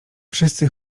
wszyscy